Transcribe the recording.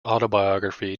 autobiography